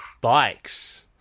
bikes